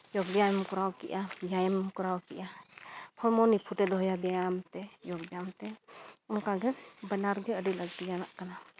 ᱡᱳᱜᱽ ᱵᱮᱭᱟᱢᱮᱢ ᱠᱚᱨᱟᱣ ᱠᱮᱫᱟ ᱵᱮᱭᱟᱱᱮᱢ ᱠᱚᱨᱟᱣ ᱠᱮᱫᱟ ᱦᱚᱲᱢᱚ ᱱᱤᱯᱷᱩᱴᱮ ᱫᱚᱦᱚᱭᱟ ᱵᱮᱭᱟᱢᱛᱮ ᱡᱳᱜᱽ ᱵᱮᱭᱟᱢᱛᱮ ᱚᱱᱠᱟᱜᱮ ᱵᱟᱱᱟᱨᱜᱮ ᱟᱹᱰᱤ ᱞᱟᱹᱠᱛᱤᱭᱟᱱᱟᱜ ᱠᱟᱱᱟ